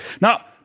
Now